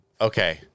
Okay